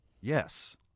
Yes